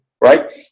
right